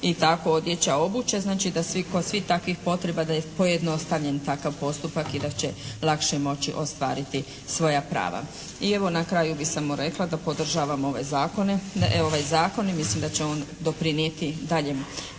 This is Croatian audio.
i tako odjeća, obuća. Znači da kod svih takvih potreba da je pojednostavljen takav postupak i da će lakše moći ostvariti svoja prava. I evo na kraju bi samo rekla da podržavam ovaj zakon i mislim da će on doprinijeti daljnjoj